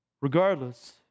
Regardless